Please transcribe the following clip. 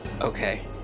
okay